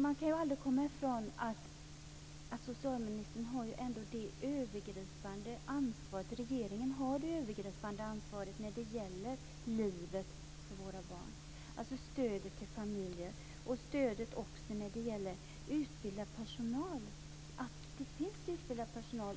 Man kan ändå aldrig komma ifrån att socialministern och regeringen har det övergripande ansvaret för stödet till familjerna och barnen. Regeringen har också ansvar för att det kring barnen finns utbildad personal